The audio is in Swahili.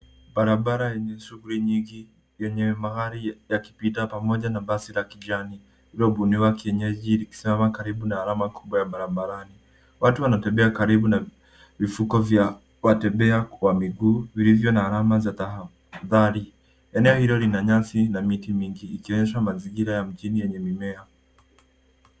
Barabara yenye shughuli nyingi, yenye mahali yakupita pamoja na basi la kijani iliyobuniwa kienyeji likisimama karibu na alama kubwa ya barabarani .Watu wanatembea karibu na vifuko vya watembea kwa miguu, vilivyo na alama ya tahadhari. Eneo hilo lina nyasi na miti mingi, ikionyeshwa mazingira ya mjini yenye mimea.